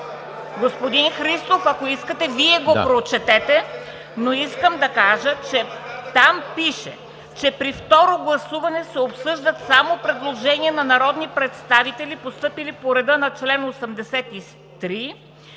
Господин Христов, ако искате, Вие го прочетете, но искам да кажа, че там пише: „При второ гласуване се обсъждат само предложения на народни представители, постъпили по реда на чл. 83…